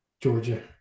Georgia